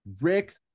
Rick